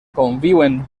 conviuen